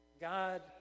God